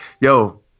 Yo